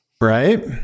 Right